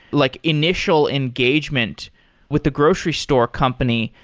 like initial engagement with the grocery store company.